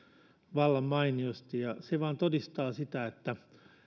vallan mainiosti ja se vain todistaa sitä että